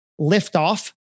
Liftoff